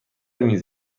میز